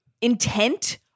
intent